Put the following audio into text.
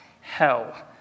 hell